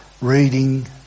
reading